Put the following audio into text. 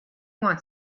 want